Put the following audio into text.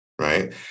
right